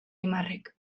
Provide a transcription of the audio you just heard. aimarrek